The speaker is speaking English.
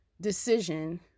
decision